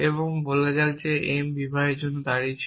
এবং বলা যাক m বিবাহের জন্য দাঁড়িয়েছে